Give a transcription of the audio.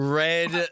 red